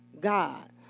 God